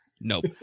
Nope